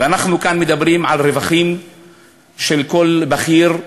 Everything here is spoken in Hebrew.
ואנחנו כאן מדברים על רווחים של כל בכיר,